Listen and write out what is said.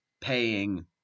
paying